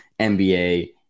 nba